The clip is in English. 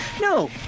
no